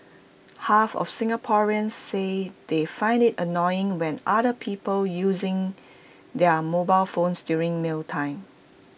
half of Singaporeans say they find IT annoying when other people using their mobile phones during mealtimes